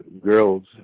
girls